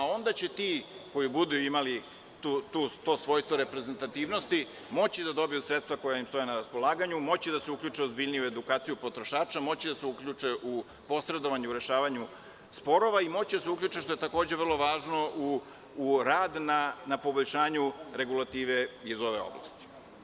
Onda će ti koji budu imali to svojstvo reprezentativnosti moći da dobiju sredstva koja im stoje na raspolaganju, moći da se uključe u ozbiljniju edukaciju potrošača, moći da se uključe u posredovanje u rešavanju sporova i moći da se uključe, što je takođe vrlo važno, u rad na poboljšanju regulative iz ove oblasti.